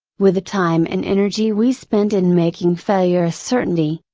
with the time and energy we spend in making failure a certainty,